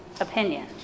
opinion